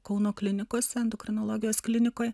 kauno klinikos endokrinologijos klinikoj